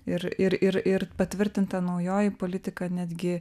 ir ir ir ir patvirtinta naujoji politika netgi